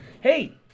Hey